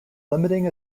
limiting